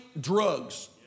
Drugs